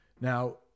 Now